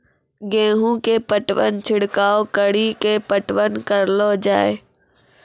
गेहूँ के पटवन छिड़काव कड़ी के पटवन करलो जाय?